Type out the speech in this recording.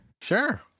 Sure